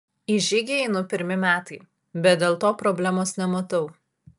į žygį einu pirmi metai bet dėl to problemos nematau